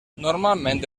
normalment